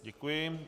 Děkuji.